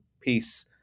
Peace